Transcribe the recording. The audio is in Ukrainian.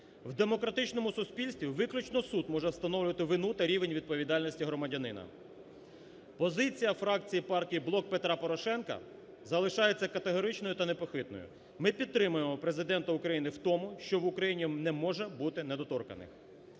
В демократичному суспільстві виключно суд може встановлювати вину та рівень відповідальності громадянина. Позиція фракції партії "Блок Петра Порошенка" залишається категоричною та непохитною. Ми підтримуємо Президента України в тому, що в Україні не може бути недоторканних.